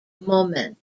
moment